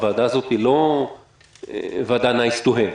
הוועדה הזאת היא לא ועדה "נייס טו-הב".